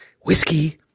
Whiskey